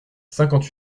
cinquante